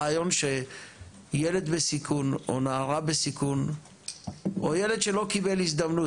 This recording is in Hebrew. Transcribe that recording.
הרעיון שילד בסיכון או נערה בסיכון או ילד שלא קיבל הזדמנות,